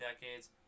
decades